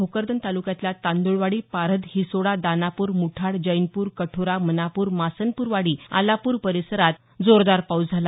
भोकरदन तालुक्यातल्या तांद्रळवाडी पारध हिसोडा दानापूर मुठाड जैनपूर कठोरा मनापूर मासनपूर वाडी आलापूर परिसरात जोरदार पाऊस झाला